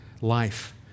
life